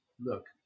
look